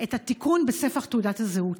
את התיקון בספח תעודת הזהות.